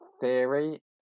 theory